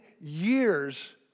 years